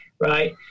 right